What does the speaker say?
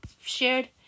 shared